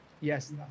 yes